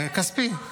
כספי.